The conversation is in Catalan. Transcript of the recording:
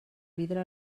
vidre